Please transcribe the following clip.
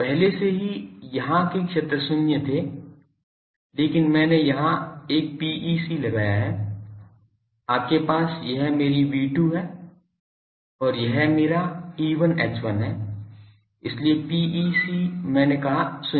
तो पहले से ही यहां के क्षेत्र शून्य थे लेकिन मैंने यहां एक PEC लगाया है आपके पास यह मेरी V2 है और यह मेरा E1 H1 है इसलिए PEC मैंने कहा शून्य है